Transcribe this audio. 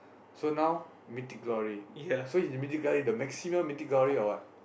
so now Mythic-Glory so in Mythic-Glory the maximum Mythic-Glory or what